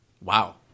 wow